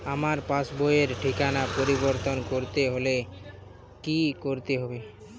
আমার পাসবই র ঠিকানা পরিবর্তন করতে হলে কী করতে হবে?